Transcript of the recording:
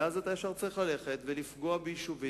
ואז אתה ישר צריך ללכת ולפגוע ביישובים,